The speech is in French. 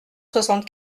soixante